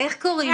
איך?